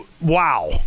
wow